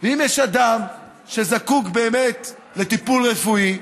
ואם יש אדם שזקוק באמת לטיפול רפואי,